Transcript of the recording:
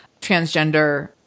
transgender